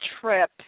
trip